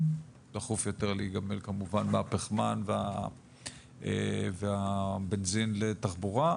דחוף יותר כמובן להיגמל כמובן מהפחמן והבנזין לתחבורה,